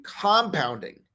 compounding